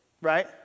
Right